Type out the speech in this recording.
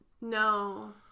No